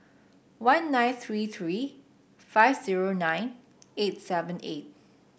one nine three three five zero nine eight seven eight